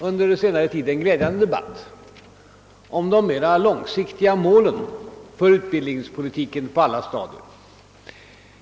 Under senare tid har glädjande nog förts en debatt om de mer långsiktiga målen för utbildningspolitiken på alla stadier.